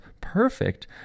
perfect